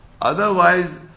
Otherwise